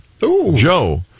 Joe